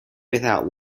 without